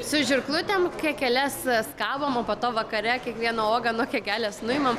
su žirklutėm kekeles skabom o po to vakare kiekvieną uogą nuo kelelės nuimam